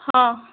ହଁ